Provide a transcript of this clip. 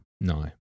No